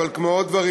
אבל כמו עוד דברים,